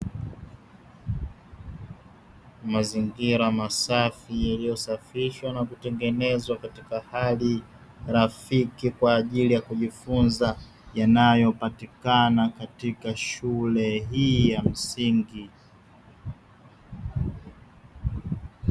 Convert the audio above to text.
Mazingira masafi yaliyosafishwa na kutengenezwa katika hali lafiki kwaajiri yakujifunza yanayopatikana katika shule hii ya msingi.